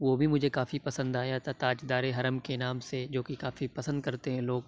وہ بھی مجھے کافی پسند آیا تھا تاجدارے حرم کے نام سے جو کافی پسند کرتے ہیں لوگ